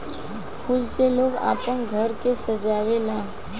फूल से लोग आपन घर के सजावे ला